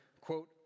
quote